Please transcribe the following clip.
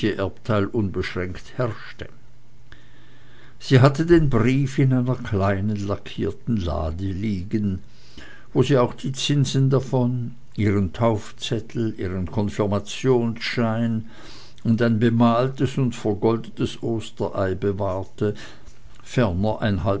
erbteil unbeschränkt herrschte sie hatte den brief in einer kleinen lackierten lade liegen wo sie auch die zinsen davon ihren taufzettel ihren konfirmationsschein und ein bemaltes und vergoldetes osterei bewahrte